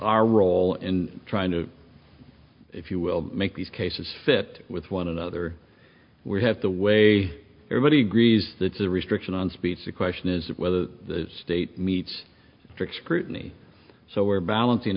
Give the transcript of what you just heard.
our role in trying to if you will make these cases fit with one another we have to weigh everybody agrees this is a restriction on speech the question is whether the state meets strict scrutiny so we're balancing